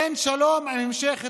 אין שלום עם המשך התנחלויות.